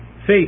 faith